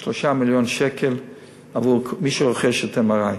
3 מיליון שקלים עבור מי שרוכש את ה-MRI.